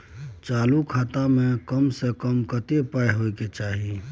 चालू खाता में कम से कम कत्ते पाई होय चाही?